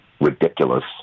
ridiculous